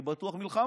הייתי בטוח שמלחמה,